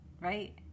Right